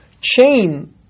chain